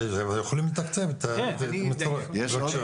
יכולים לתקצב את --- בקיצור,